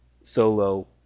solo